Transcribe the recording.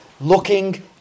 looking